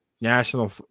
national